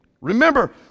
Remember